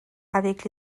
avec